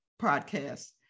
podcast